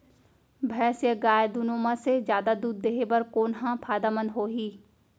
भैंस या गाय दुनो म से जादा दूध देहे बर कोन ह फायदामंद होही?